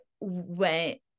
went